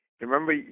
remember